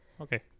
okay